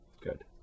good